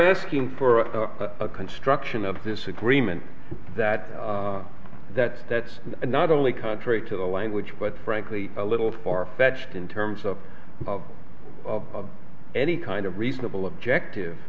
asking for a construction of this agreement that that's that's not only contrary to the language but frankly a little far fetched in terms of of any kind of reasonable objective